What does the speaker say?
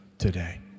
today